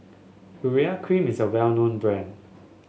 Urea Cream is a well known brand